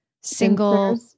single